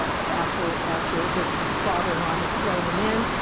after after his father in law has thrown him in.